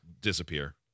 disappear